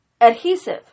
adhesive